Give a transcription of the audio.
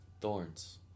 thorns